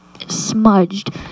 smudged